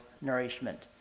nourishment